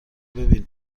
ببین